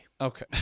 okay